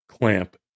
clamp